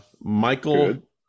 michael